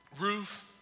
Ruth